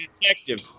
detective